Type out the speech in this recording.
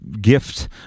gift